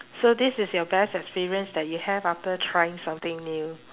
so this is your best experience that you have after trying something new